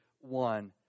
one